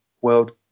World